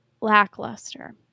lackluster